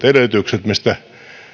edellytykset mistä